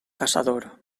caçador